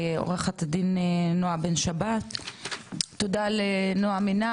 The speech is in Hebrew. תודה לנועם עינב וליעל אורבך,